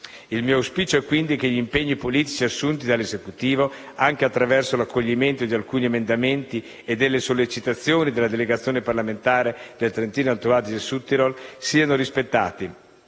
Il mio auspicio è quindi che gli impegni politici assunti dall'Esecutivo, anche attraverso l'accoglimento di alcuni emendamenti e delle sollecitazioni della delegazione parlamentare del Trentino-Alto Adige/Südtirol, siano rispettati